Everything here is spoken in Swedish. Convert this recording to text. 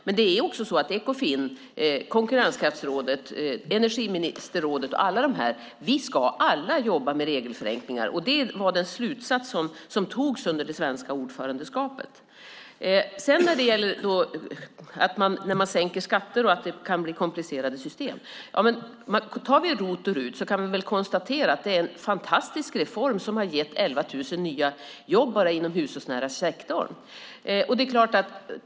Men Ekofin, konkurrenskraftsrådet, energiministerrådet och alla ska jobba med regelförenklingar. Det var den slutsats som togs under det svenska ordförandeskapet. När det gäller att det kan bli komplicerade system när man sänker skatter och om vi tar RUT och ROT kan vi väl konstatera att det är en fantastisk reform som har gett 11 000 nya jobb bara inom den hushållsnära sektorn.